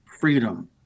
freedom